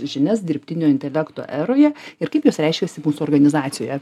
žinias dirbtinio intelekto eroje ir kaip jos reiškiasi mūsų organizacijoje